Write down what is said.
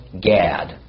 Gad